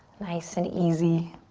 nice and easy.